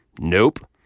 Nope